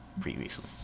previously